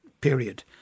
period